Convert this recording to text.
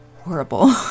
horrible